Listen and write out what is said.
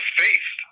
faith